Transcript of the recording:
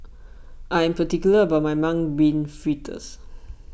I am particular about my Mung Bean Fritters